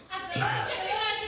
כשהיא תרד ותדברו.